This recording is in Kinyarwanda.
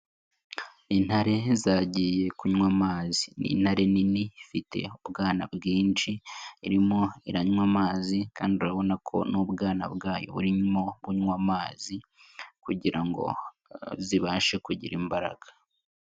Intare zagiye kunywa amazi, ni intare nini ifite ubwana bwinshi, irimo iranywa amazi kandi urabona ko n'ubwana bwayo burimo kunywa amazi kugira ngo zibashe kugira imbaraga.